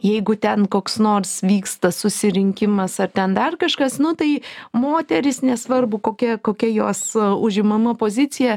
jeigu ten koks nors vyksta susirinkimas ar ten dar kažkas nu tai moterys nesvarbu kokia kokia jos užimama pozicija